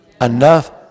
enough